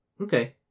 Okay